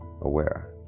aware